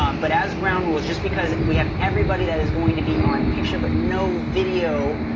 um but as ground rules, just because we have everybody that is going to be on picture but no video,